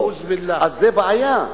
אז זה בעיה,